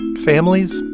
families,